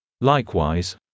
Likewise